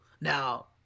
Now